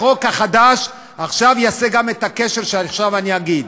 החוק החדש עכשיו יעשה גם את הקשר שעכשיו אני אגיד.